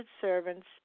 servants